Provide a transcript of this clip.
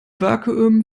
vakuum